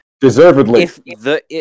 Deservedly